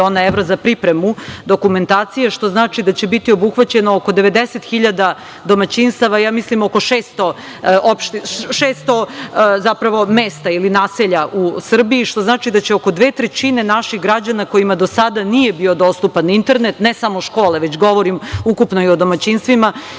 evra za pripremu dokumentacije, što znači da će biti obuhvaćeno oko 90.000 domaćinstava, oko 600 mesta ili naselja u Srbiji, što znači da će oko dve trećine naših građana kojima do sada nije bio dostupan internet, ne samo škole, već govorim ukupno i o domaćinstvima,